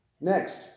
Next